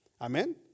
amen